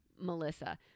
Melissa